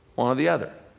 one or the other.